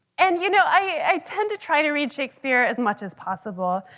and you know i tend to try to read shakespeare as much as possible.